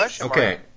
Okay